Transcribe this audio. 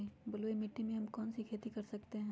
बलुई मिट्टी में हम कौन कौन सी खेती कर सकते हैँ?